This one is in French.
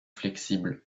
flexible